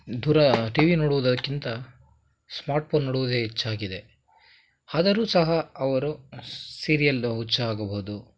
ದೂರ T V ನೋಡುವುದಕ್ಕಿಂತ smart phone ನೋಡುವುದೇ ಹೆಚ್ಚಾಗಿದೆ ಆದರೂ ಸಹ ಅವರು ಸೀರಿಯಲ್ದು ಹುಚ್ಚಾಗಬಹುದು